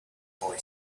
boy